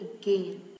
again